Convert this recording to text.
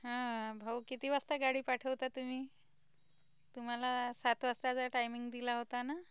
हां भाऊ किती वाजता गाडी पाठवता तुम्मी तुम्हाला सात वाजताचा टायमिंग दिला होता ना